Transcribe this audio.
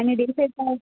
అన్ని డేస్ ఎట్లా